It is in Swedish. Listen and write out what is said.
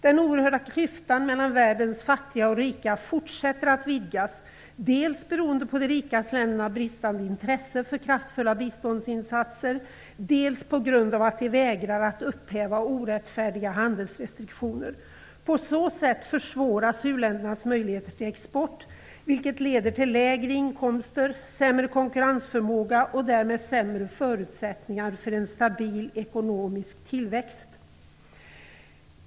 Den oerhörda klyftan mellan världens fattiga och rika fortsätter att vidgas, dels beroende på de rika ländernas bristande intresse för kraftfulla biståndsinsatser, dels på grund av att de vägrar att upphäva orättfärdiga handelsrestriktioner. På så sätt försvåras u-ländernas möjligheter till export, vilket leder till lägre inkomster och till sämre konkurrensförmåga. Därmed får de sämre förutsättningar för en stabil ekonomisk tillväxt.